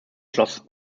schlosses